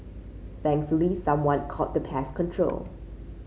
thankfully someone called the pest control